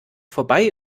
vorbei